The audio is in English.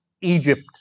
Egypt